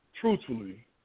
truthfully